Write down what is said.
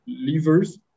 levers